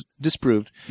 disproved